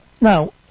Now